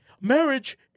marriage